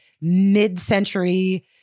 mid-century